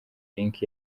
link